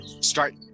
start